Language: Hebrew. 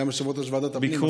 גם יושבת-ראש ועדת הפנים,